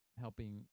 helping